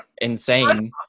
insane